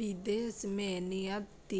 विदेश मे निर्यात